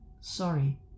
sorry